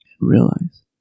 Realize